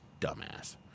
Dumbass